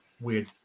Weird